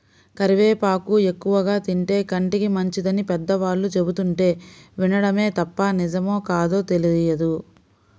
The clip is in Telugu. కరివేపాకు ఎక్కువగా తింటే కంటికి మంచిదని పెద్దవాళ్ళు చెబుతుంటే వినడమే తప్ప నిజమో కాదో తెలియదు